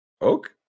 Oak